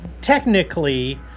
technically